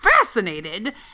fascinated